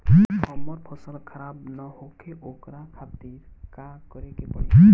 हमर फसल खराब न होखे ओकरा खातिर का करे के परी?